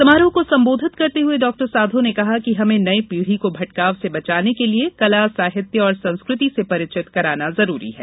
समारोह को संबोधित करते हये डॉ साधौ ने कहा कि हमें नयी पीढ़ी को भटकाव से बचाने के लिए कला साहित्य और संस्कृति से परिचित कराना जरूरी है